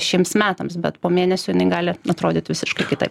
šiems metams bet po mėnesio jinai negali atrodyt visiškai kitaip